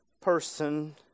person